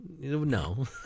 No